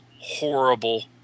horrible